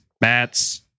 bats